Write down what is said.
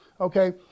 Okay